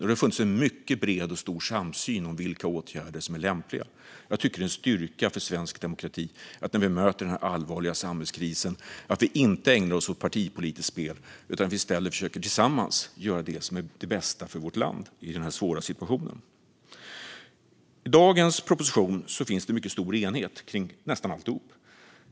Det har funnits en mycket bred och stor samsyn om vilka åtgärder som är lämpliga. Jag tycker att det är en styrka för svensk demokrati att vi inte ägnar oss åt partipolitiskt spel när vi möter denna allvarliga samhällskris utan att vi i stället tillsammans försöker göra det som är det bästa för vårt land i denna svåra situation. I dagens proposition finns det mycket stor enighet om nästan allt.